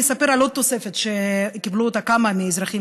אני אספר על עוד תוספת שקיבלו כמה מהאזרחים